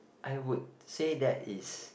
I would say that is